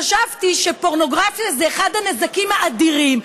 חשבתי שפורנוגרפיה זה אחד הנזקים האדירים,